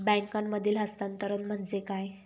बँकांमधील हस्तांतरण म्हणजे काय?